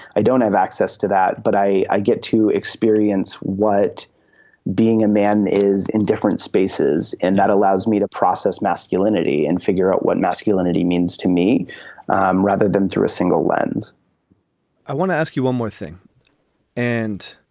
i don't have access to that, but i i get to experience what being a man is in different spaces. and that allows me to process masculinity and figure out what masculinity means to me um rather than through a single lens i want to ask you one more thing and